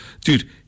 dude